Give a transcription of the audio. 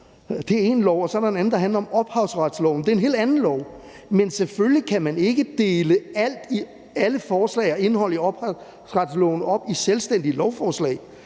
det er én lov. Og så er der en anden lov, der handler om ophavsretsloven; det er en helt anden lov. Men selvfølgelig kan man ikke dele alle forslag og alt indhold i ophavsretsloven op i selvstændige lovforslag.